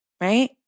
right